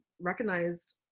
recognized